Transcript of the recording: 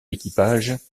équipage